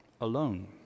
alone